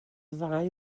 ddau